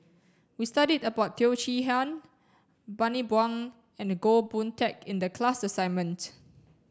we studied about Teo Chee Hean Bani Buang and Goh Boon Teck in the class assignment